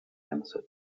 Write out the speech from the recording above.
answered